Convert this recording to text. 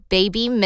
Baby